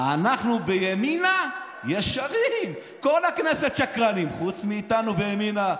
"אנחנו בימינה ישרים"; כל הכנסת שקרנים חוץ מאיתנו בימינה.